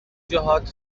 جهات